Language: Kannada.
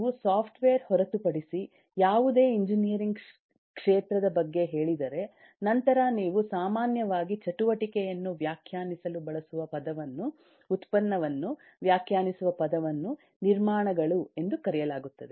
ನೀವು ಸಾಫ್ಟ್ವೇರ್ ಹೊರತುಪಡಿಸಿ ಯಾವುದೇ ಎಂಜಿನಿಯರಿಂಗ್ ಕ್ಷೇತ್ರದ ಬಗ್ಗೆ ಹೇಳಿದರೆ ನಂತರ ನೀವು ಸಾಮಾನ್ಯವಾಗಿ ಚಟುವಟಿಕೆಯನ್ನು ವ್ಯಾಖ್ಯಾನಿಸಲು ಬಳಸುವ ಪದವನ್ನು ಉತ್ಪನ್ನವನ್ನು ವ್ಯಾಖ್ಯಾನಿಸುವ ಪದವನ್ನು ನಿರ್ಮಾಣಗಳು ಎಂದು ಕರೆಯಲಾಗುತ್ತದೆ